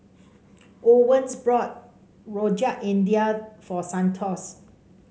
Owens brought Rojak India for Santos